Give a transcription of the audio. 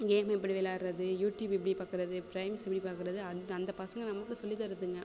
game எப்படி விளாட்றது YouTube எப்படி பார்க்கறது ப்ரைம்ஸ் எப்படி பார்க்கறது அந்த அந்த பசங்க நமக்கு சொல்லி தருதுங்க